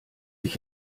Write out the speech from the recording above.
ich